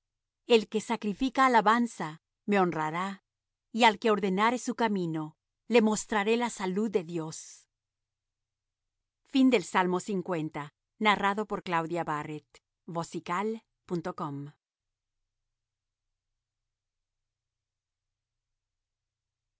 el que sacrifica alabanza me honrará y al que ordenare su camino le mostraré la salud de dios al músico principal salmo de